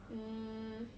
mm